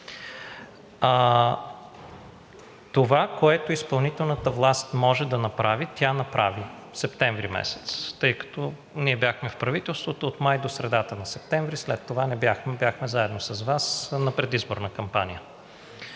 Това, което изпълнителната власт може да направи, тя го направи през месец септември, тъй като ние бяхме в правителството от май до средата на септември, а след това не бяхме. Заедно с Вас бяхме на предизборна кампания.